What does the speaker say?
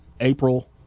April